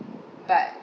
but